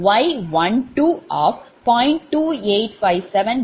28570